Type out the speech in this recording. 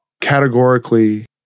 categorically